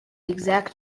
exact